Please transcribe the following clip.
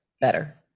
better